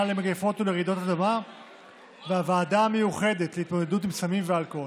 למגפות ולרעידות אדמה ובוועדה המיוחדת להתמודדות עם סמים ואלכוהול.